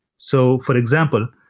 so for example,